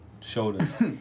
shoulders